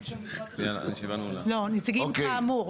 אוקיי.